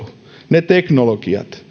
ne teknologiat